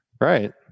Right